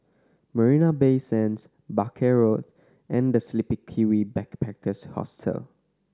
Marina Bay Sands Barker Road and The Sleepy Kiwi Backpackers Hostel